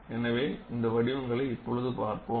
எனவே அந்த வடிவங்களை இப்பொழுது பார்ப்போம்